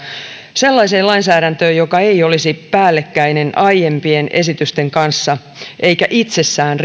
sellaiseen lainsäädäntöön joka ei olisi päällekkäistä aiempien esitysten kanssa eikä itsessään